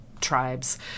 tribes